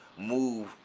move